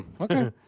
Okay